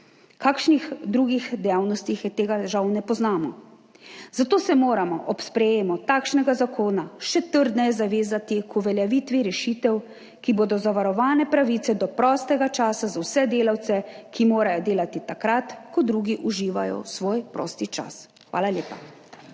kakšnih drugih dejavnostih tega žal ne poznamo. Zato se moramo ob sprejetju takšnega zakona še trdneje zavezati k uveljavitvi rešitev, s katerimi bodo zavarovane pravice do prostega časa za vse delavce, ki morajo delati takrat, ko drugi uživajo svoj prosti čas. Hvala lepa.